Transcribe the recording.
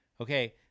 Okay